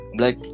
Black